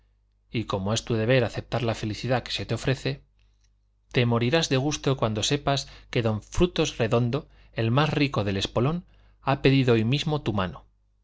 y como es tu deber aceptar la felicidad que se te ofrece te morirás de gusto cuando sepas que don frutos redondo el más rico del espolón ha pedido hoy mismo tu mano